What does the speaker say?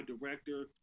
director